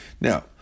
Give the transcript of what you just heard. Now